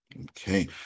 Okay